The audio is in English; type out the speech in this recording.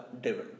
devil